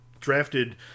drafted –